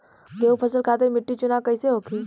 गेंहू फसल खातिर मिट्टी चुनाव कईसे होखे?